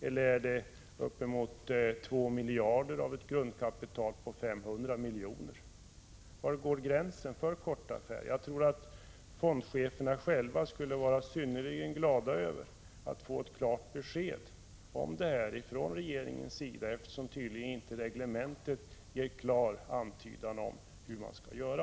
Eller är det för uppemot 2 miljarder av ett grundkapital på 500 miljoner? Var går gränsen för korta affärer? Jag tror att fondcheferna själva skulle vara synnerligen glada över att få ett klart besked om detta från regeringens sida, eftersom det i reglementet tydligen inte ges någon antydan om hur fondstyrelserna skall göra.